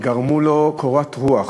הם גרמו לו קורת רוח